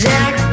Jack